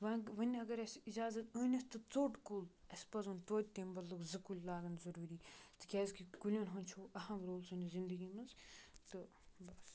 ووں وۄنۍ اَگر اَسہِ اِجازَت أنِتھ تہِ ژوٚٹ کُل اَسہِ پَزَن توتہٕ تمہِ بَدلہٕ زٕ کُلۍ لاگٕنۍ ضروٗری تِکیازِ کہِ کُلٮ۪ن ہُنٛد چھُ اَہَم رول سٲنِس زِندَگی مَنٛز تہٕ بَس